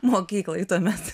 mokykloj tuomet